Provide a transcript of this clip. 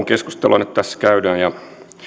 keskustelua nyt tässä käydään